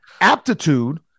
aptitude